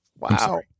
Wow